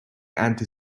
anti